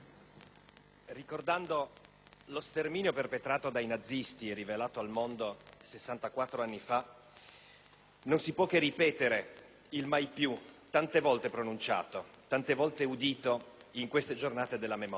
ricordando lo sterminio perpetrato dai nazisti e rivelato al mondo sessantaquattro anni fa, non si può che ripetere il "mai più" tante volte pronunciato, tante volte udito in queste giornate della memoria.